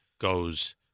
goes